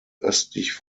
östlich